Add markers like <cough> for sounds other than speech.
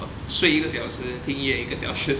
我睡一个小时听音乐一个小时 <laughs>